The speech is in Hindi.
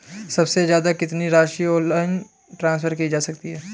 सबसे ज़्यादा कितनी राशि ऑनलाइन ट्रांसफर की जा सकती है?